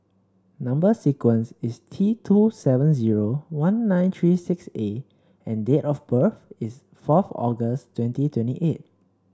number sequence is T two seven zero one nine three six A and date of birth is fourth August twenty twenty eight